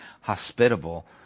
hospitable